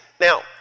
Now